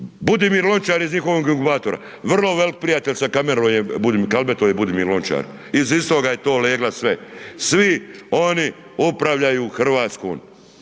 Budimir Lončar je iz njihovog inkubatora, vrlo veliki prijatelj sa Kalmetom je Budimir Lončar, iz istoga je to legla sve. Svi oni upravljaju Hrvatskom.